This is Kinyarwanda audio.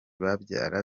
babyara